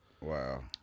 wow